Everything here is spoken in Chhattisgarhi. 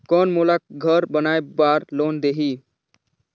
कौन मोला घर बनाय बार लोन देही?